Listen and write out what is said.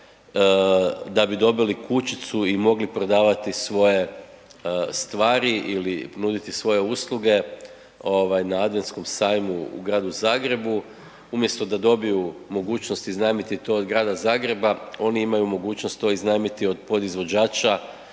da bi dobili kućicu i mogli prodavati svoje stvari i nuditi svoje usluge na adventskom sajmu u gradu Zagrebu. Umjesto da dobiju mogućnost iznajmiti to od grada Zagreba, oni imaju mogućnost to iznajmiti od podizvođača,